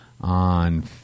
on